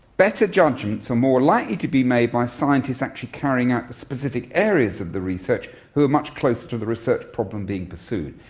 better judgements are more likely to be made by scientists actually carrying out the specific areas of the research who are much closer to the research problem being pursued.